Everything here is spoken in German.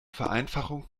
vereinfachungen